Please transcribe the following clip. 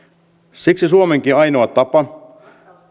siksi suomenkin ainoa tapa